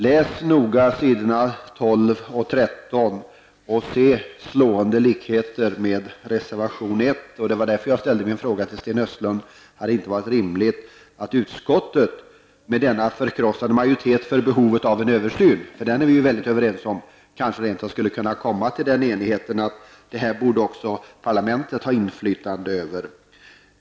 Läs noga s. 12--13 och se slående likheter med reservation 1! Det var därför jag ställde min fråga till Sten Östlund om det inte hade varit rimligt att utskottet -- med denna förkrossande majoritet för att det föreligger behov av översyn -- kanske rent av skulle kunna komma fram till att parlamentet också borde ha inflytande i denna fråga.